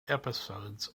episodes